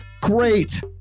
great